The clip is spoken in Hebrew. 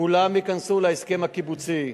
כולם ייכנסו להסכם הקיבוצי.